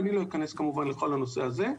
אני לא איכנס כמובן לכל הנושא הזה.